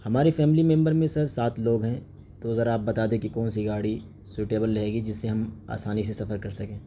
ہماری family member میں sir سات لوگ ہیں تو ذرا آپ بتا دیں کہ کون سی گاڑی سوٹیبل رہے گی جس سے ہم آسانی سے سفر کر سکیں